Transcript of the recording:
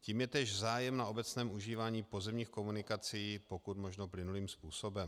Tím je též zájem na obecném užívání pozemních komunikací, pokud možno plynulým způsobem.